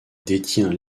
détient